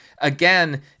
again